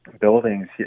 buildings